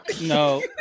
No